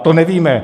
To nevíme.